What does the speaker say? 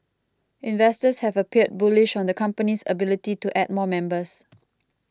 investors have appeared bullish on the company's ability to add more members